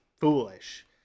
foolish